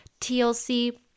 TLC